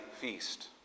feast